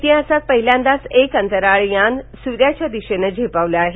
इतिहासात पहिल्यांदाच एक अंतराळ यान सूर्याच्या दिशेनं झेपावलं आहे